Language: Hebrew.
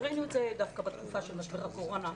ראינו את זה דווקא בתקופה של משבר הקורונה,